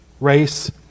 race